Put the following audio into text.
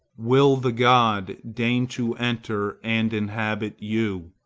will the god deign to enter and inhabit you,